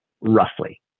roughly